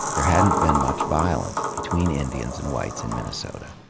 there hadn't been much violence between indians and whites in minnesota.